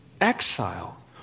exile